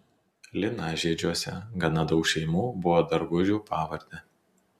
linažiedžiuose gana daug šeimų buvo dargužių pavarde